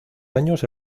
años